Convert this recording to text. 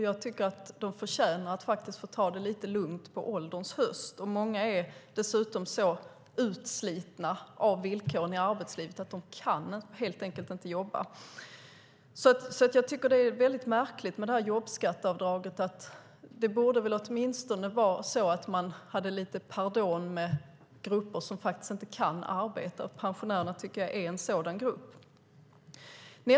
Jag tycker att de förtjänar att få ta det lite lugnt på ålderns höst. Många är dessutom så utslitna av villkoren i arbetslivet att de helt enkelt inte kan jobba. Jag tycker att det är väldigt märkligt med jobbskatteavdraget. Man borde åtminstone ha lite pardon med grupper som inte kan arbeta, och pensionärerna tycker jag är en sådan grupp.